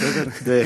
בסדר?